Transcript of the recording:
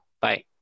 bye